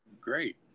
Great